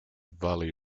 value